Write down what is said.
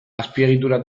azpiegitura